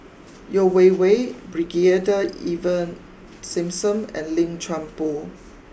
Yeo Wei Wei Brigadier Ivan Simson and Lim Chuan Poh